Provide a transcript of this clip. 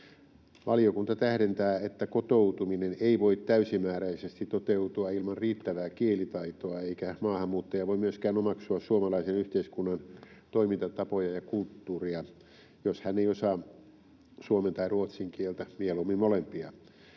Valiokunta tähdentää, että kotoutuminen ei voi täysimääräisesti toteutua ilman riittävää kielitaitoa eikä maahanmuuttaja voi myöskään omaksua suomalaisen yhteiskunnan toimintatapoja ja kulttuuria, jos hän ei osaa suomen tai ruotsin kieltä, mieluummin molempia.